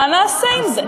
מה נעשה עם זה?